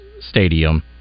stadium